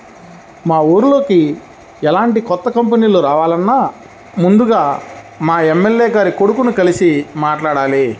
మా ఊర్లోకి ఎలాంటి కొత్త కంపెనీలు రావాలన్నా ముందుగా మా ఎమ్మెల్యే గారి కొడుకుని కలిసి మాట్లాడాలి